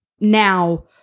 now